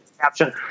caption